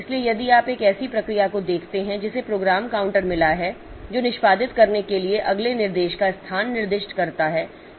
इसलिए यदि आप एक ऐसी प्रक्रिया को देखते हैं जिसे प्रोग्राम काउंटर मिला है जो निष्पादित करने के लिए अगले निर्देश का स्थान निर्दिष्ट करता है